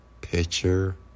Picture